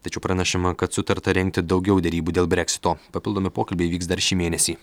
tačiau pranešama kad sutarta rengti daugiau derybų dėl breksito papildomi pokalbiai vyks dar šį mėnesį